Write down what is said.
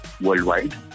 worldwide